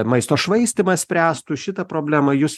maisto švaistymas spręstų šitą problemą jūs